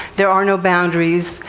there are no boundaries,